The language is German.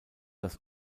das